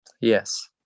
Yes